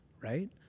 Right